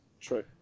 True